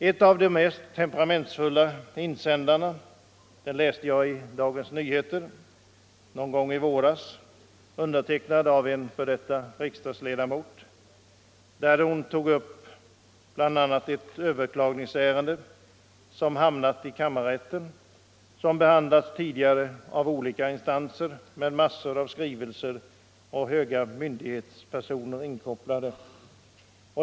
En av de mest temperamentsfulla insändarna läste jag i Dagens Nyheter någon gång i våras, undertecknad av en f. d. riksdagsledamot, som tog bl.a. upp ett överklagningsärende som hamnat i kammarrätten och som tidigare behandlats av olika instanser med mängder av skrivelser och höga myndighetspersoner inkopplade.